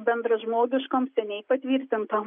bendražmogiškom seniai patvirtintom